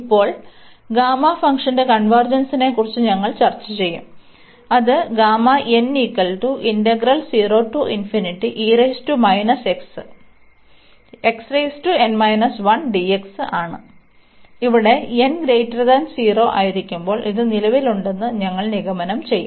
ഇപ്പോൾ ഗാമ ഫംഗ്ഷന്റെ കൺവെർജെൻസിനെക്കുറിച്ച് ഞങ്ങൾ ചർച്ച ചെയ്യും അത് ആണ് ഇവിടെ n 0 ആയിരിക്കുമ്പോൾ ഇത് നിലവിലുണ്ടെന്ന് ഞങ്ങൾ നിഗമനം ചെയ്യും